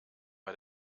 bei